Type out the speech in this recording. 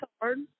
hard